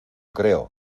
creo